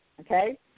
okay